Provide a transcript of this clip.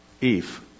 Eve